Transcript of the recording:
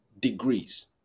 degrees